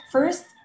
First